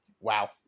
Wow